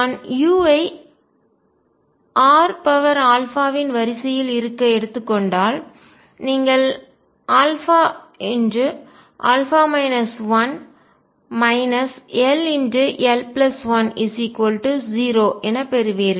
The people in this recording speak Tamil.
நான் u ஐ r இன் வரிசையில் இருக்க எடுத்துக் கொண்டால் நீங்கள் ll10 என பெறுவீர்கள்